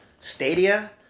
Stadia